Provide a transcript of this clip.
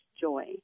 joy